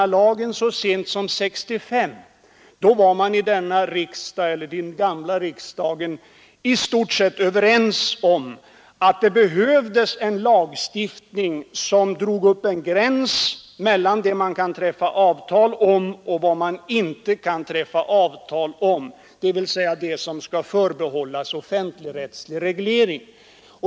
När vi så sent som 1965 fattade beslut om statstjänstemannalagen var riksdagens ledamöter i stort sett ense om att det behövdes en lagstiftning som drog upp en gräns mellan det man kan träffa avtal om och det man inte kan träffa avtal om, dvs. det som skall förbehållas offentligrättslig reglering.